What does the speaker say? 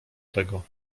tego